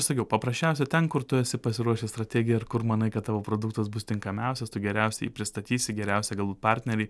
sakiau paprasčiausia ten kur tu esi pasiruošęs strategiją ir kur manai kad tavo produktas bus tinkamiausias tu geriausiai pristatysi geriausią galbūt partnerį